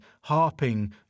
harping